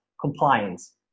compliance